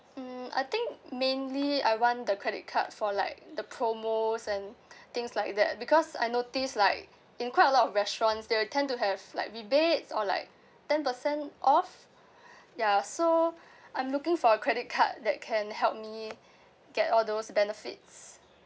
um I think mainly I want the credit card for like the promos and things like that because I noticed like in quite a lot of restaurants they will tend to have like rebates or like ten percent off ya so I'm looking for a credit card that can help me get all those benefits